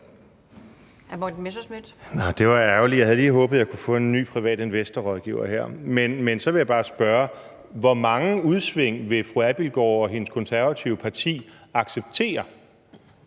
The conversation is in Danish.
Morten Messerschmidt (DF): Det var ærgerligt, for jeg havde lige håbet, at jeg kunne få en ny privat investeringsrådgiver her. Men så vil jeg bare spørge om noget andet: Hvor mange udsving vil fru Mette Abildgaard og hendes konservative parti acceptere